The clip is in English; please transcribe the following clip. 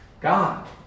God